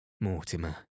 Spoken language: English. Mortimer